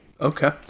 Okay